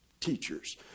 teachers